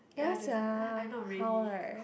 ya sia how right